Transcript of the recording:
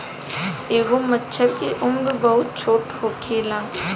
एगो मछर के उम्र बहुत छोट होखेला